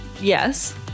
Yes